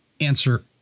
answer